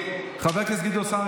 חבר הכנסת גדעון סער,